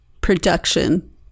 production